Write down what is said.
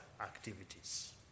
activities